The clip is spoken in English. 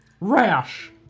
rash